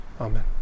Amen